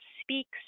speaks